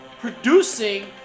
producing